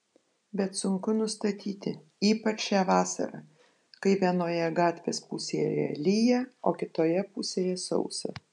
bet sunku nustatyti ypač šią vasarą kai vienoje gatvės pusėje lyja o kitoje pusėje sausa